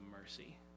mercy